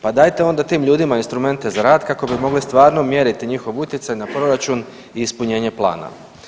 Pa dajte onda tim ljudima instrumente za rad kako bi mogli stvarno mjeriti njihov utjecaj na proračun i ispunjenje plana.